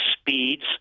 speeds